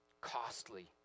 costly